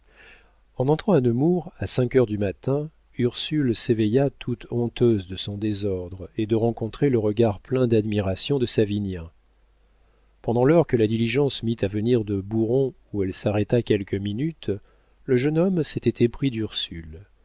en entrant à nemours à cinq heures du matin ursule s'éveilla toute honteuse de son désordre et de rencontrer le regard plein d'admiration de savinien pendant l'heure que la diligence mit à venir de bouron où elle s'arrêta quelques minutes le jeune homme s'était épris d'ursule